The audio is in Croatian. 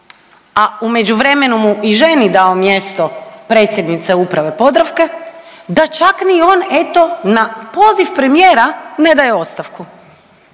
a u međuvremenu mu i ženi dao mjesto predsjednice Uprave Podravke da čak ni on, eto, na poziv premijera ne daje ostavku